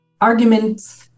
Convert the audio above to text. arguments